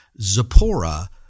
Zipporah